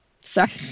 Sorry